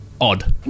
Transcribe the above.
odd